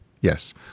yes